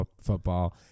football